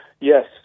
Yes